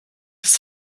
ist